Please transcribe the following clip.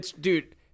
Dude